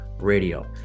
Radio